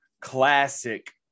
classic